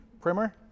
primer